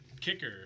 Kicker